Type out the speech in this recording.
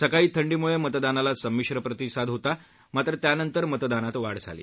सकाळी थंडीम्ळे मतदानाला समिश्र प्रतिसाद होता त्यानंतर मतदानात वाढ झाली